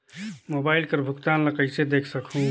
Mobile कर भुगतान ला कइसे देख सकहुं?